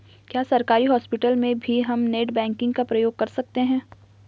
क्या सरकारी हॉस्पिटल में भी हम नेट बैंकिंग का प्रयोग कर सकते हैं?